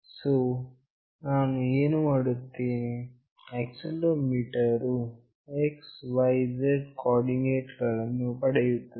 so ನಾನು ಏನು ಮಾಡುತ್ತೇನೆ ಆಕ್ಸೆಲೆರೋಮೀಟರ್ ವು x y z coordinate ಗಳನ್ನು ಪಡೆಯುತ್ತದೆ